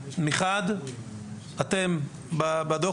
מחד, אתם מבקשים בדוח